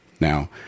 Now